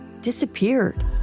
disappeared